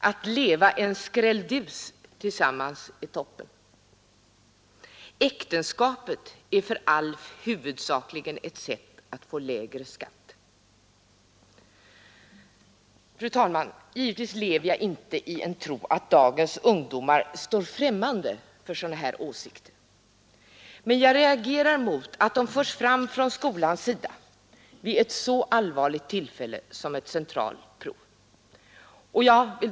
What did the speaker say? Att leva en skrälldus tillsammans är toppen. Äktenskapet är för Alf huvudsakligen ett sätt att få lägre skatt. Fru talman! Givetvis lever jag inte i en tro på att dagens ungdomar står främmande för sådana här åsikter, men jag reagerar mot att de förs fram från skolans sida vid ett så allvarligt tillfälle som ett centralt prov.